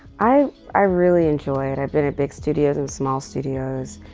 i i really enjoy it. i've been at big studios and small studios.